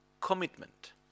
commitment